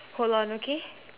hold on okay